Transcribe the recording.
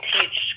teach